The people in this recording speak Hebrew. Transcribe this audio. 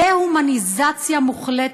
דה-הומניזציה מוחלטת,